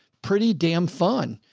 pretty damn fun.